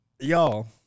Y'all